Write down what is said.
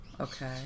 Okay